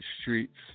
streets